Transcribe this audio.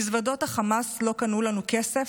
מזוודות החמאס לא קנו לנו כסף,